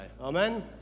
Amen